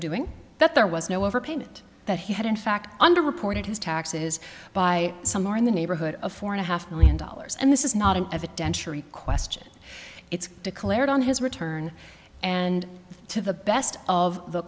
so doing that there was no overpayment that he had in fact under reported his taxes by somewhere in the neighborhood of four and a half million dollars and this is not an evidentiary question it's declared on his return and to the best of the